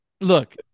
Look